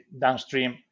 downstream